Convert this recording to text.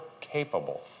capable